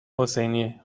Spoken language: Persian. حسینی